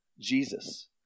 Jesus